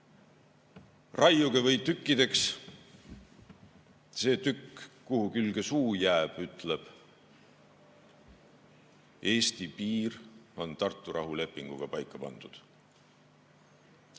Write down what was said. Raiuge või tükkideks, see tükk, kuhu külge suu jääb, ütleb: Eesti piir on Tartu rahulepinguga paika pandud.